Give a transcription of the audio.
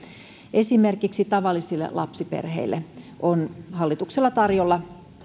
esimerkiksi tavallisille lapsiperheille on hallituksella tarjolla